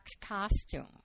costume